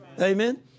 Amen